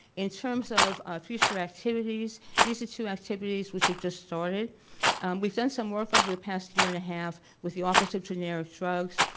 in terms of future activities these are two activities which we've just started we've done some work over the past year-and-a-half with the office of generic drugs.